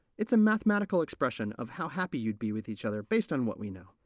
it's a mathematical expression of how happy you'd be with each other, based on what we know.